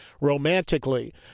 romantically